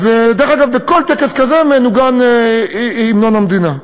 דרך אגב, בכל טקס כזה מנוגן המנון המדינה,